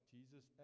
Jesus